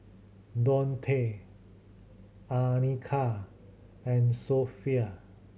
Daunte Anika and Sophie